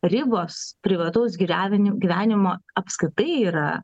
ribos privataus gyvenimo gyvenimo apskritai yra